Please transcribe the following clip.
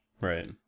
Right